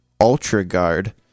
UltraGuard